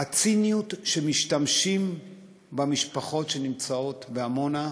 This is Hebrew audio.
הציניות שבשימוש במשפחות שנמצאות בעמונה,